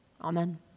Amen